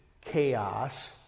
chaos